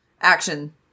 action